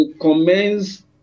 commence